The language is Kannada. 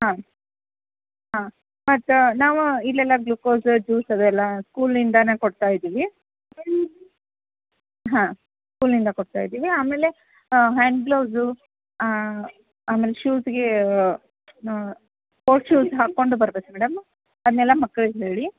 ಹಾಂ ಹಾಂ ಮತ್ತು ನಾವು ಇಲ್ಲೆಲ್ಲ ಗ್ಲುಕೋಸ ಜ್ಯೂಸ್ ಅವೆಲ್ಲ ಸ್ಕೂಲ್ನಿಂದಲೇ ಕೊಡ್ತಾ ಇದೀವಿ ಹಾಂ ಸ್ಕೂಲ್ನಿಂದ ಕೊಡ್ತಾ ಇದ್ದೀವಿ ಆಮೇಲೆ ಹ್ಯಾಂಡ್ ಗ್ಲೌಸು ಆಮೇಲೆ ಶೂಸ್ಗೇ ಸ್ಪೋರ್ಟ್ಸ್ ಶೂಸ್ ಹಾಕ್ಕೊಂಡು ಬರ್ಬೇಕು ಮೇಡಮ್ ಅದನ್ನೆಲ್ಲ ಮಕ್ಳಿಗೆ ಹೇಳಿ